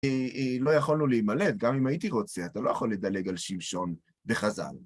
לא יכולנו להימלט, גם אם הייתי רוצה, אתה לא יכול לדלג על שמשון וחז"ל.